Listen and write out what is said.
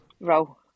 Row